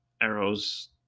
arrows